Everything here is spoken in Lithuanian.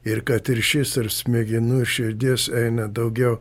ir kad ir šis ir smegenų ir širdies eina daugiau